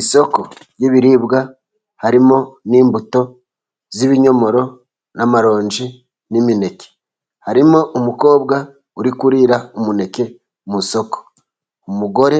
Isoko ry'ibiribwa harimo n'imbuto z'ibinyomoro n'amaronji n'imineke, harimo umukobwa uri kurira umuneke mu isoko umugore